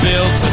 Built